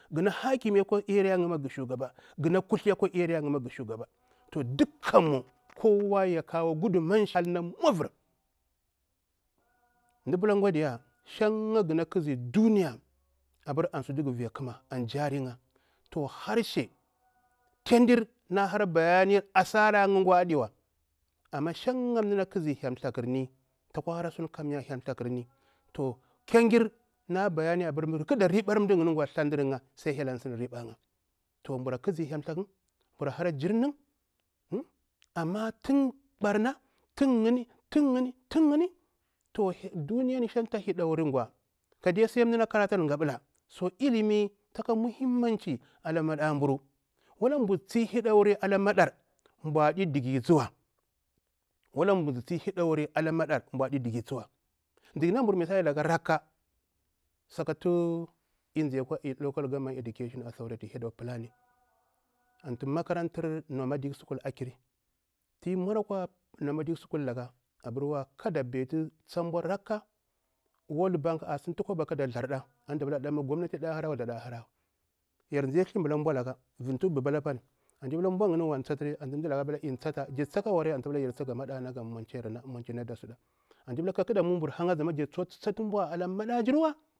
Gahna hakimi akwa area lya gah shugaba, gahma kuthli akwa area gah shugaba, dukkammu kowa ya kawo gudu mawarsa, shan gana vi duniya an jarin'ya, toh harshe kandar na hara bayanir gah, amma shan mdana ƙazi hyel thakharni tsakwa hara suni kamya hyel thlakhami kendar na bayani abur ghaza riɓar mda yinni thlaɗirni kabur ƙazi hyel thaku kabur hara jirni, amma tuna yini tuna yini duniya shang ta heɗori gwa, ilimi ka sai mdana karatu anta gabulari ilimi taka muhimmanci ko bur tsi hedori aka maɗabu burɗi dikisuwa mziki naburu misali laka rakka sakatu mzai akwa local government authority head of planning antu makarantu nomadic education a kiri ti mauri akwa nomadic school laka anti pila kada betu tsa bau rakka world bank a sinti kwaba kada tharɗa antu da pila mu gomnati a harawa daɗa harawa yar zai a thiɓula bubal laka apani ɓau yinni wan tsatiri antu mdala pila in tsata jirga wari antu tsa pila yar ga moncin na ga maɗana amma gaza jir jirhang amma jira tsuktu tsatu ɓau aka mada jirwa.